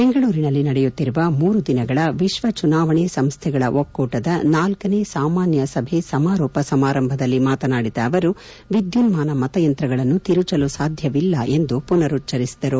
ಬೆಂಗಳೂರಿನಲ್ಲಿ ನಡೆಯುತ್ತಿರುವ ಮೂರು ದಿನಗಳ ವಿಶ್ವ ಚುನಾವಣೆ ಸಂಸ್ಥೆಗಳ ಒಕ್ಕೂಟದ ನಾಲ್ಯನೇ ಸಾಮಾನ್ಯ ಸಭೆ ಸಮಾರೋಪ ಸಮಾರಂಭದಲ್ಲಿ ಮಾತನಾಡಿದ ಅವರು ವಿದ್ಯುನ್ಮಾನ ಮತಯಂತ್ರಗಳನ್ನು ತಿರುಚಲು ಸಾಧ್ಯವಿಲ್ಲ ಎಂದು ಮನರ್ ಉಚ್ಚರಿಸಿದರು